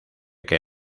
que